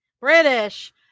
British